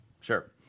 Sure